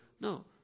No